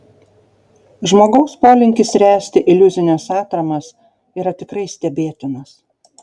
žmogaus polinkis ręsti iliuzines atramas yra tikrai stebėtinas